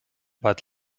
but